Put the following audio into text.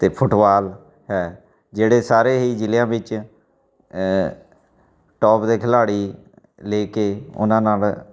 ਅਤੇ ਫੁੱਟਬਾਲ ਹੈ ਜਿਹੜੇ ਸਾਰੇ ਹੀ ਜ਼ਿਲ੍ਹਿਆ ਵਿੱਚ ਟੋਪ ਦੇ ਖਿਡਾਰੀ ਲੈ ਕੇ ਉਹਨਾਂ ਨਾਲ